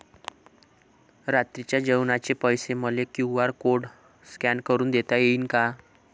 रात्रीच्या जेवणाचे पैसे मले क्यू.आर कोड स्कॅन करून देता येईन का?